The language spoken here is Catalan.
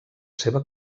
seva